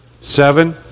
Seven